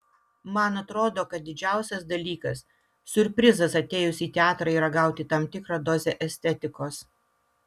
man atrodo kad didžiausias dalykas siurprizas atėjus į teatrą yra gauti tam tikrą dozę estetikos